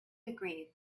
agreed